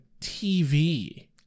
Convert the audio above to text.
TV